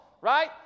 Right